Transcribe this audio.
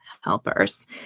helpers